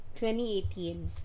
2018